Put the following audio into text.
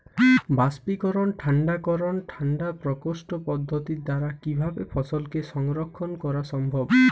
বাষ্পীকরন ঠান্ডা করণ ঠান্ডা প্রকোষ্ঠ পদ্ধতির দ্বারা কিভাবে ফসলকে সংরক্ষণ করা সম্ভব?